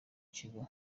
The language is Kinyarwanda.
kigo